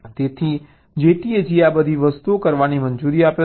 તેથી JTAG આ બધી વસ્તુઓ કરવાની મંજૂરી આપે છે